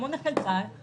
כמו נכי צה"ל,